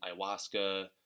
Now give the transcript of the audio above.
ayahuasca